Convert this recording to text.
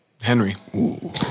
Henry